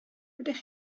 ydych